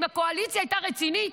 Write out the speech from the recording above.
אם הקואליציה הייתה רצינית,